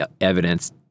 evidence –